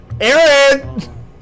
Aaron